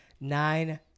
nine